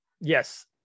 yes